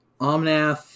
Omnath